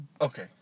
Okay